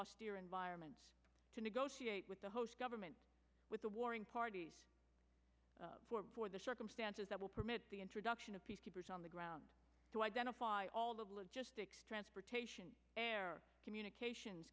austere environments to negotiate with the host government with the warring parties for the circumstances that will permit the introduction of peacekeepers on the ground to identify all the logistics transportation communications